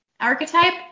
archetype